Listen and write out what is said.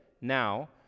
now